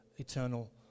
eternal